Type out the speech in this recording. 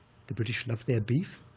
the british love their beef,